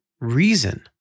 reason